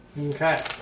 Okay